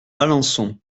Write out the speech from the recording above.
alençon